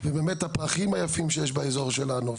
ובאמת הפרחים היפים שיש באזור שלנו,